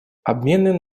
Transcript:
обмены